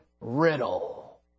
riddle